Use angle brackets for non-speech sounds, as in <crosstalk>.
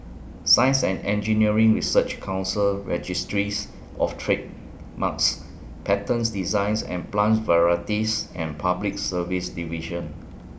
Science and Engineering Research Council <noise> Registries of Trademarks Patents Designs and Plant Varieties and Public Service Division